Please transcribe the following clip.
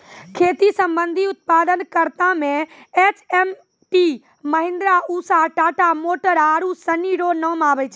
खेती संबंधी उप्तादन करता मे एच.एम.टी, महीन्द्रा, उसा, टाटा मोटर आरु सनी रो नाम आबै छै